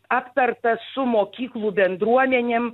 aptartas su mokyklų bendruomenėm